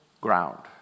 ground